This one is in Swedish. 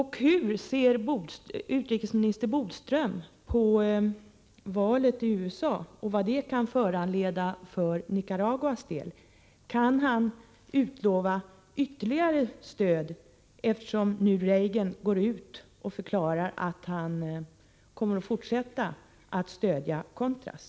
Hur ser utrikesminister Bodström på valet i USA och vad det kan föranleda för Nicaraguas del? Kan utrikesminister Bodström utlova ytterligare stöd, när Reagan nu förklarar att han kommer att fortsätta att stödja Contras?